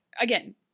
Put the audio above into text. again